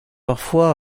parfois